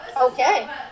Okay